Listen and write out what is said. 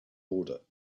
order